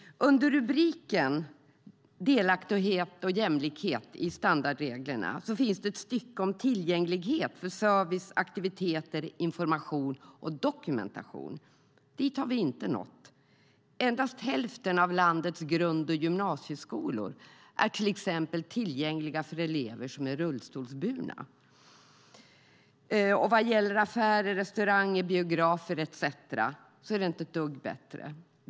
Under rubriken Delaktighet och jämlikhet i standardreglerna finns ett stycke om tillgänglighet för service, aktiviteter, information och dokumentation. Dit har vi inte nått. Endast hälften av landets grund och gymnasieskolor är till exempel tillgängliga för elever som är rullstolsburna. Vad gäller affärer, restauranger, biografer etcetera är det inte ett dugg bättre.